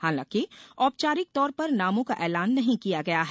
हालांकि औपचारिक तौर पर नामों का एलान नहीं किया गया है